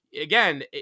again